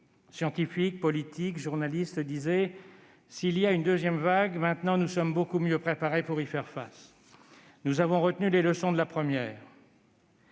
scientifiques, politiques, journalistes -disait :« S'il y a une deuxième vague, maintenant nous sommes beaucoup mieux préparés pour y faire face. Nous avons retenu les leçons de la première.